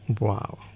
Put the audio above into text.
Wow